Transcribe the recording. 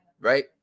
Right